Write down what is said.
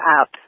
up